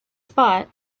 spot